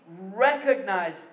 recognize